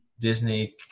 disney